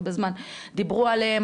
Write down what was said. הרבה זמן דיברו עליהם,